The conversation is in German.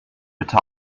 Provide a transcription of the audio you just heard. bitte